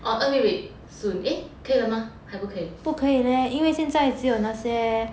orh err wait wait soon eh 可以吗还不可以